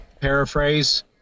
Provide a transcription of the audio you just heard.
paraphrase